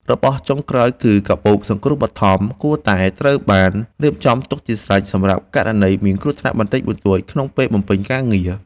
របស់ចុងក្រោយ គឺកាបូបសង្គ្រោះបឋម គួរតែត្រូវបានរៀបចំទុកជាស្រេច សម្រាប់ករណីមានគ្រោះថ្នាក់បន្តិចបន្តួចក្នុងពេលបំពេញការងារ។